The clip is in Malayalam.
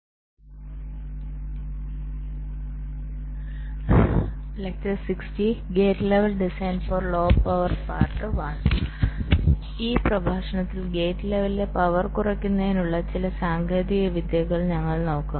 അതിനാൽ ഈ പ്രഭാഷണത്തിൽ ഗേറ്റ് ലെവലിലെ പവർ കുറയ്ക്കുന്നതിനുള്ള ചില സാങ്കേതിക വിദ്യകൾ ഞങ്ങൾ നോക്കും